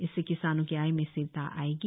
इससे किसानों की आय में स्थिरता आएगी